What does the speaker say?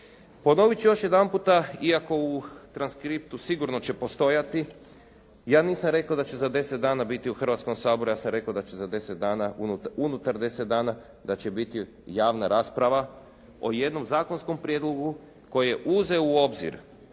Ponovit ću još jedanputa iako u transkriptu sigurno će postojati ja nisam rekao da će za 10 dana biti u Hrvatskom saboru. Ja sam rekao da će za 10 dana unutar, unutar 10 dana da će biti javna rasprava o jednom zakonskom prijedlogu koji je uzeo u obzir